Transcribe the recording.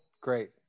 Great